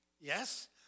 Yes